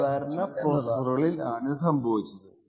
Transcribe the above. ഇത് രണ്ടു സാധാരണ പ്രൊസസ്സറുകളിൽ ആണ് സംഭവിച്ചത്